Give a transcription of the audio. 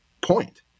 point